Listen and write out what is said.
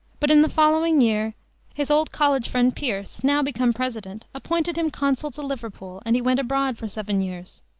but in the following year his old college friend pierce, now become president, appointed him consul to liverpool, and he went abroad for seven years.